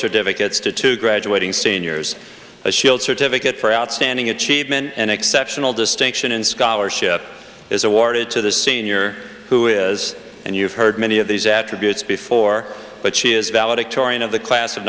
certificates to two graduating seniors a shield certificate for outstanding achievement an exceptional distinction in scholarship is awarded to the senior who is and you've heard many of these attributes before but she is valedictorian of the class of